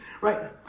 Right